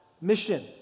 mission